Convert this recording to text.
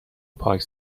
پاک